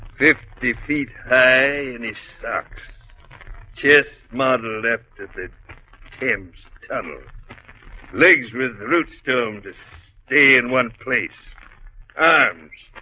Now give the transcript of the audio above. fifty feet high any socks kiss mother left with tim's tunnel legs with roots tomb to stay in one place arms,